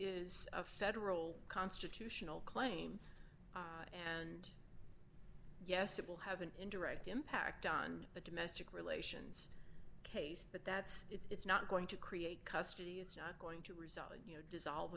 is a federal constitutional claim and yes it will have an indirect impact on the domestic relations case but that's it's not going to create custody it's going to result in you know dissolved